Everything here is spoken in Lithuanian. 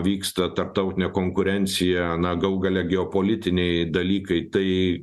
vyksta tarptautinė konkurencija na galų gale geopolitiniai dalykai tai